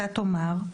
אתה תאמר,